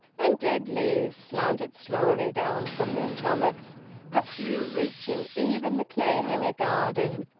and dead leaves slanted slowly down from their summits a few reaching even the clayhanger garden,